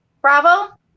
Bravo